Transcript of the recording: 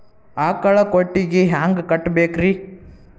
ಆಕಳ ಕೊಟ್ಟಿಗಿ ಹ್ಯಾಂಗ್ ಕಟ್ಟಬೇಕ್ರಿ?